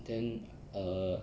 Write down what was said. then err